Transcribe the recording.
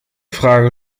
frage